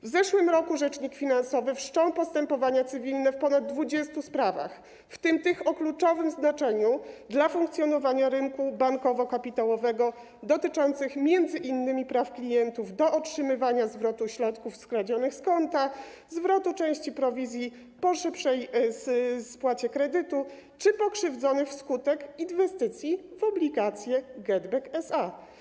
W zeszłym roku rzecznik finansowy wszczął postępowania cywilne w ponad 20 sprawach, w tym tych o kluczowym znaczeniu dla funkcjonowania rynku bankowo-kapitałowego, dotyczących m.in. praw klientów do otrzymywania zwrotu środków skradzionych z konta, zwrotu części prowizji po szybszej spłacie kredytu czy pokrzywdzonych wskutek inwestycji w obligacje GetBack SA.